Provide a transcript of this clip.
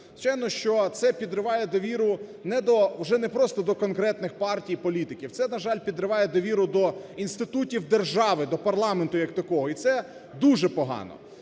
Звичайно, що це підриває довіру не до, вже не просто до конкретних партій, політиків. Це, на жаль, підриває довіру до інститутів держави, до парламенту як такого, і це дуже погано.